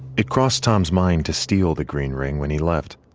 it crossed tom's mind to steal the green ring when he left,